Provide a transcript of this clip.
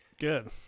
Good